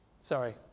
Sorry